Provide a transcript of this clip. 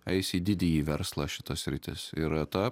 eis į didįjį verslą šita sritis yra ta